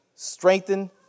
Strengthen